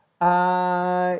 uh